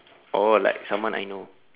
oh like someone I know